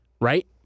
right